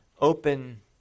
open